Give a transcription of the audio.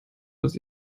dass